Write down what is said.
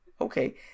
okay